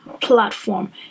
platform